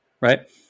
right